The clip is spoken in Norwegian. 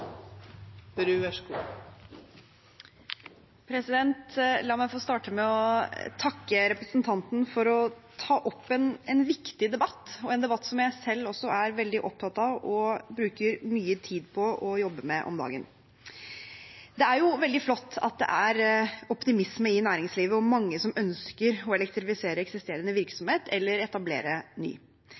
La meg få starte med å takke representanten for å ta opp en viktig debatt, en debatt jeg selv også er veldig opptatt og bruker mye tid på å jobbe med om dagen. Det er jo veldig flott at det er optimisme i næringslivet og mange som ønsker å elektrifisere eksisterende virksomhet eller etablere ny.